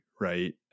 right